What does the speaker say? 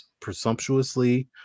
presumptuously